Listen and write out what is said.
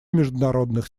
международных